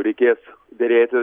reikės derėti